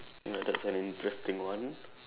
ya that's an interesting one